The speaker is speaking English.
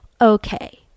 okay